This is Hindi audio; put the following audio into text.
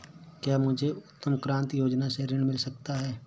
क्या मुझे उद्यम क्रांति योजना से ऋण मिल सकता है?